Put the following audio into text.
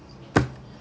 mm